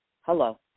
Hello